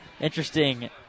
interesting